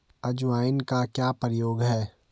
अजवाइन का क्या प्रयोग है?